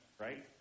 right